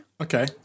okay